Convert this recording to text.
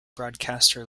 broadcaster